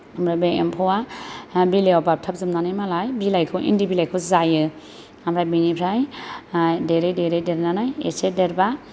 ओमफ्राय बे एम्फौआ बिलाइयाव बाबथाबजोबनानै मालाय बिलाइखौ इन्दि बिलाइखौ जायो ओमफ्राय बेनिफ्राय देरै देरै देरनानै एसे देरब्ला